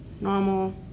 normal